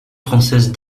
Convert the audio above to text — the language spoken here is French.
française